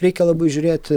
reikia labai žiūrėti